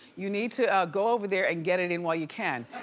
you need to go over there and get it in while you can,